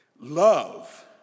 love